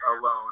alone